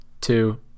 two